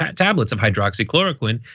tablets of hydroxychloroquine.